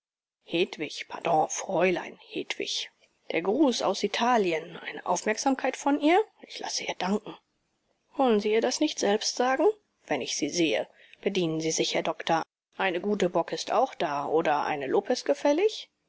hedwig pardon fräulein hedwig der gruß aus italien eine aufmerksamkeit von ihr ich lasse ihr danken wollen sie ihr das nicht selbst sagen wenn ich sie sehe bedienen sie sich herr doktor eine gute bock ist auch da oder eine lopez gefällig